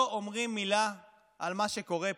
לא אומרים מילה על מה שקורה פה,